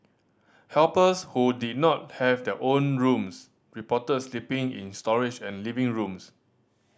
helpers who did not have their own rooms reported sleeping in storage and living rooms